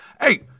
Hey